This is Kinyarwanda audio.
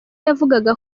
yavugaga